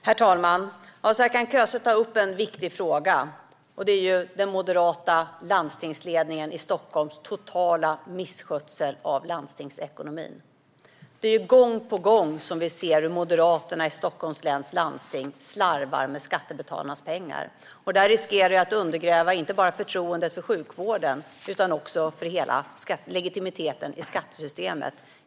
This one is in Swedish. Herr talman! Serkan Köse tar upp en viktig fråga om Stockholms moderata landstingslednings totala misskötsel av landstingsekonomin. Gång på gång ser vi hur moderaterna i Stockholms läns landsting slarvar med skattebetalarnas pengar. Detta riskerar att undergräva inte bara förtroendet för sjukvården utan också för legitimiteten för hela skattesystemet.